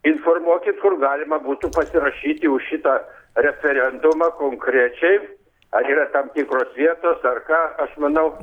informuokit kur galima būtų pasirašyti už šitą referendumą konkrečiai ar yra tam tikros vietos ar ką aš manau